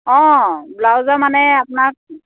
অঁ ব্লাউজৰ মানে আপোনাক